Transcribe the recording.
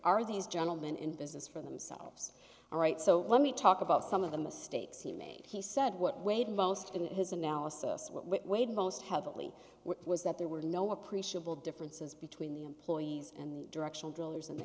are these gentlemen in business for themselves all right so let me talk about some of the mistakes you made he said what weighed most in his analysis where the most heavily was that there were no appreciable differences between the employees and the directional drillers an